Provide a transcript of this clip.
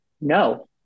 no